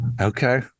Okay